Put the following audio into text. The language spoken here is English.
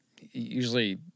usually